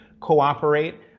cooperate